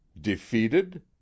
Defeated